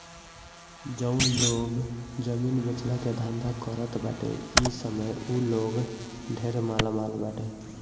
जउन लोग जमीन बेचला के धंधा करत बाटे इ समय उ लोग ढेर मालामाल बाटे